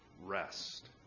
rest